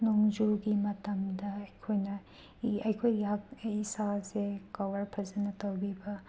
ꯅꯣꯡꯖꯨꯒꯤ ꯃꯇꯝꯗ ꯑꯩꯈꯣꯏꯅ ꯑꯩꯈꯣꯏꯒꯤ ꯑꯩ ꯏꯁꯥꯁꯦ ꯀꯣꯕꯦꯔ ꯐꯖꯅ ꯇꯧꯕꯤꯕ